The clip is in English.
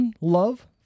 Love